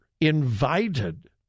invited